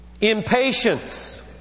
impatience